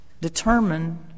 determine